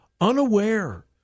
unaware